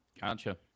Gotcha